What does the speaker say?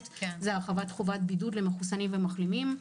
זה הרחבת חובת בידוד למחוסנים ולמחלימים.